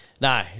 no